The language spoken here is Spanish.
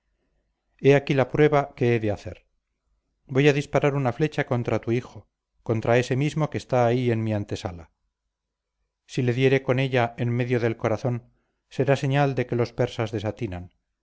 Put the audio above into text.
he aquí la prueba que he de hacer voy a disparar una flecha contra tu hijo contra ese mismo que está ahí en mi antesala si le diere con ella en medio del corazón será señal de que los persas